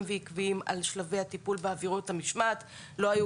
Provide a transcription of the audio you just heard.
ועקביים על שלבי הטיפול בעבירות המשמעת; לא היו